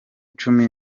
cumi